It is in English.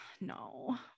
no